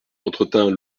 entretint